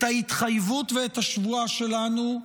את ההתחייבות ואת השבועה שלנו,